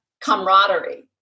camaraderie